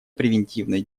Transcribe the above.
превентивной